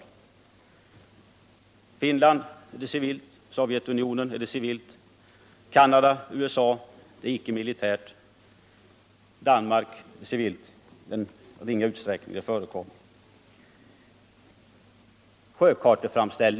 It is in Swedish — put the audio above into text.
I Finland och Sovjetunionen har man civil personal, och i Canada och USA är det inte heller militär personal. I Danmark har man i den ringa utsträckning det är aktuellt civil personal.